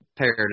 paired